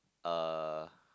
uh